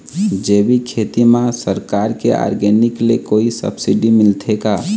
जैविक खेती म सरकार के ऑर्गेनिक ले कोई सब्सिडी मिलथे का?